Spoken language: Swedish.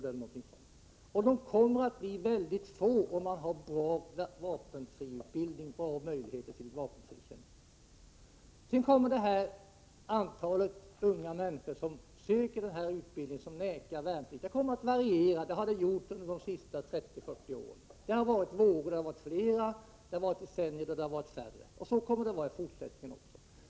De aktuella fallen kommer att bli mycket få, om man har en bra vapenfriutbildning och goda möjligheter till vapenfri tjänst. Sedan kommer det antal unga människor som söker denna utbildning och vägrar värnplikt att variera. Det har det gjort under de senaste 30-40 åren. Det har gått i vågor över decennierna — det har varit flera, och det har varit färre. Så kommer det att vara i fortsättningen också.